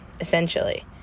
essentially